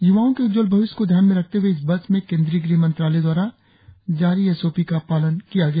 य्वाओ के उज्जवल भविष्य को ध्यान में रखते हुए इस बस में केंद्रीय गृह मंत्रालय द्वारा जारी एस ओ पी का पालन किया गया